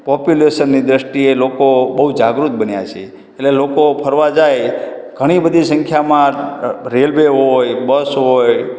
પોપ્યુલૅશનની દૃષ્ટિએ લોકો બહુ જાગૃત બન્યા છે એટલે લોકો ફરવા જાય ઘણી બધી સંખ્યામાં રેલવે હોય બસ હોય